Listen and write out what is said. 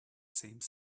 same